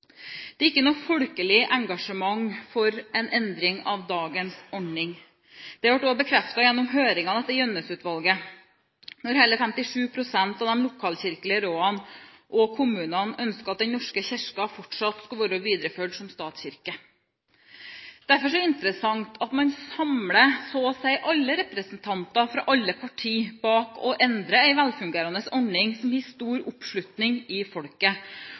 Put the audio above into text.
Det er ikke noe folkelig engasjement for en endring av dagens ordning. Det ble også bekreftet gjennom høringene etter Gjønnes-utvalget, der hele 57 pst. av de lokalkirkelige rådene og kommunene ønsket at Den norske kirke skulle bli videreført som statskirke. Derfor er det interessant at man samler så å si alle representanter fra alle partier bak å endre en velfungerende ordning som har stor oppslutning i folket,